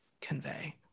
convey